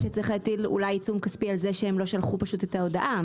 שצריך להטיל אולי עיצום כספי על זה שהם לא שלחו את ההודעה.